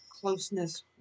closeness